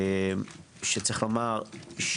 שיש לומר,